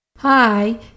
Hi